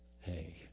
hey